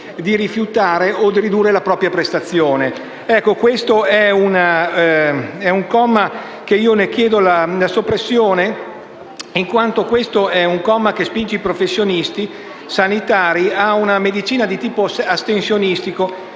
di rifiutare o di ridurre la propria prestazione. Ecco, questo è un comma di cui chiedo la soppressione, in quanto spinge i professionisti sanitari ad una medicina di tipo astensionistico,